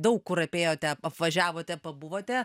daug kur apėjote apvažiavote pabuvote